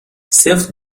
سفت